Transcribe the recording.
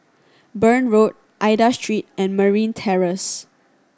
Burn Road Aida Street and Marine Terrace